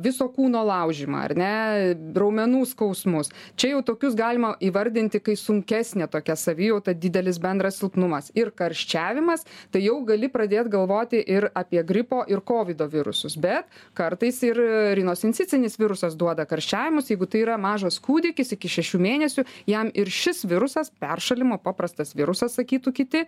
viso kūno laužymą ar ne raumenų skausmus čia jau tokius galima įvardinti kai sunkesnė tokia savijauta didelis bendras silpnumas ir karščiavimas tai jau gali pradėt galvoti ir apie gripo ir kovido virusus bet kartais ir rinosincicinis virusas duoda karščiavimus jeigu tai yra mažas kūdikis iki šešių mėnesių jam ir šis virusas peršalimo paprastas virusas sakytų kiti